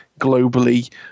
globally